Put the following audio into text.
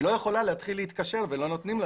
היא לא יכולה להתחיל להתקשר ולא נותנים לה.